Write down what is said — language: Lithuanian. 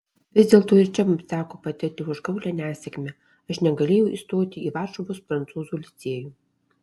vis dėlto ir čia mums teko patirti užgaulią nesėkmę aš negalėjau įstoti į varšuvos prancūzų licėjų